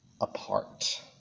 apart